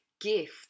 gift